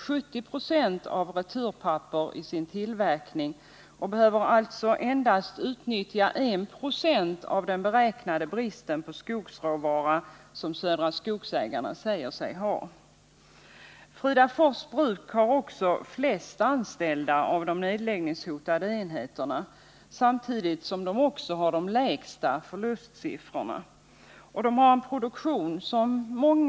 Man använder 70 96 returpapper i sin tillverkning och behöver alltså endast utnyttja I 26 av den beräknade brist på skogsråvara som Södra Skogsägarna säger sig ha. Fridafors Bruk har också flest anställda av de nedläggningshotade enheterna, samtidigt som det har de lägsta förlustsiffrorna.